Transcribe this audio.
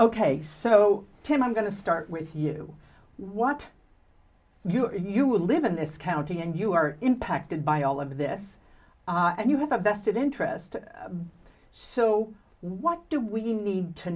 ok so tim i'm going to start with you what you are you live in this county and you are impacted by all of this and you have a vested interest so what do we need to